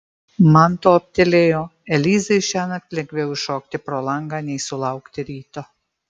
man toptelėjo elizai šiąnakt lengviau iššokti pro langą nei sulaukti ryto